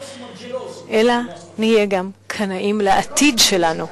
אלא נהיה גם קנאים לעתיד שלנו.